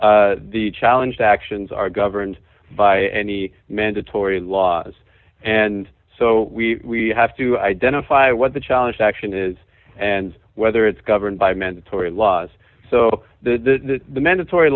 the challenge actions are governed by any mandatory laws and so we have to identify what the challenge to action is and whether it's governed by mandatory laws so the mandatory